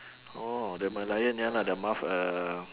oh the merlion ya lah the mouth uh